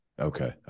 Okay